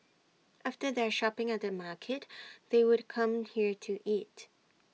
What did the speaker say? after their shopping at the market they would come here to eat